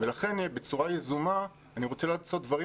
ולכן בצורה יזומה אני רוצה לעשות דברים